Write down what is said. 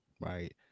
right